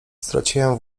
straciłem